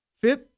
fifth